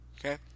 Okay